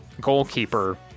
Goalkeeper